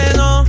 no